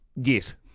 Yes